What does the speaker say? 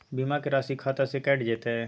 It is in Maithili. बीमा के राशि खाता से कैट जेतै?